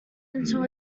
until